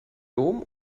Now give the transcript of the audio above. dom